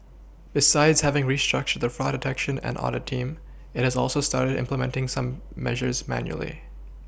besides having restructured the fraud detection and audit team it has also started implementing some measures manually